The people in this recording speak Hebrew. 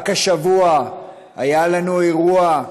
רק השבוע היה לנו אירוע,